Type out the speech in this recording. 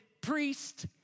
priest